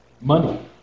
money